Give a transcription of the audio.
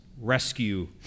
rescue